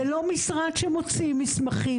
זה לא משרד שמוציא מסמכים,